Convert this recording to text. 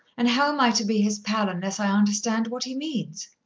and how am i to be his pal unless i understand what he means?